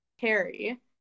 Harry